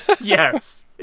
Yes